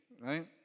right